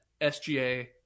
SGA